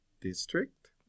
District